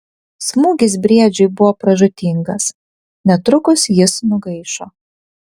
smūgis briedžiui buvo pražūtingas netrukus jis nugaišo